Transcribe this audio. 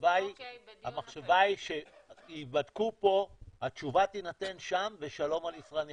-- המחשבה היא שייבדקו פה והתשובה תינתן שם ושלום על ישראל.